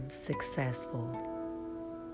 Successful